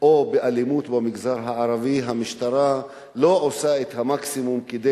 או באלימות במגזר הערבי המשטרה לא עושה את המקסימום כדי